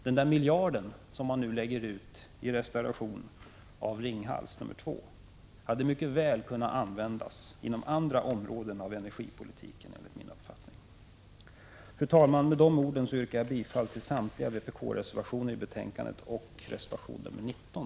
Den miljard som man nu lägger ut på restauration av Ringhals 2 hade mycket väl kunnat användas inom andra områden av energipolitiken enligt min uppfattning. Fru talman! Med de orden yrkar jag bifall till samtliga vpk-reservationer i betänkandet och till reservation nr 19.